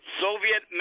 Soviet